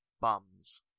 Bums